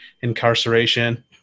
incarceration